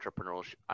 entrepreneurial